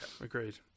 agreed